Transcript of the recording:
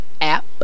app